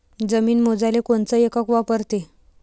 जमीन मोजाले कोनचं एकक वापरते?